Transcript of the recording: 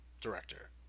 director